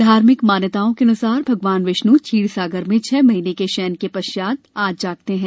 धार्मिक मान्यताओं के अनुसार भगवान विष्णु क्षीरसागर में छह महीने के शयन के पश्चात आज जागते हैं